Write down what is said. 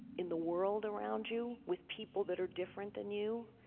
in the world around you, with people that are different than you.